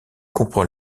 comprend